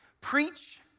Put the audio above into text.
Preach